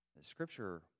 Scripture